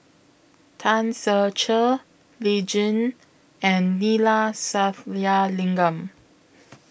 Tan Ser Cher Lee Tjin and Neila Sathyalingam